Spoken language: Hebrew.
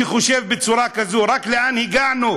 שחושב בצורה כזאת, רק לאן הגענו,